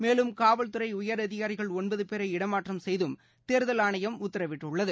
மேலும் காவல் துறை உயர் அதிகாரிகள் ஒன்பது பேரை இடமாற்றம் செய்தும் தேர்தல் ஆணையம் உத்தரவிட்டுள்ளது